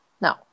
No